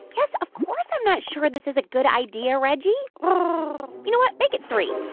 yes, of course i'm not sure this is a good idea, reggie um ah you know what? make it three